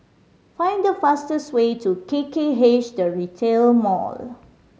find the fastest way to K K H The Retail Mall